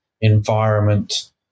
environment